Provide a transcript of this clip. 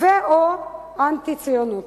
ו/או אנטי-ציונות.